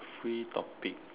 free topic